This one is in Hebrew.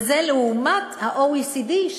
וזה לעומת ה-OECD,